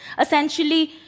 essentially